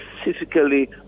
specifically